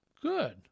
Good